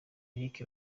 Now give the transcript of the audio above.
eric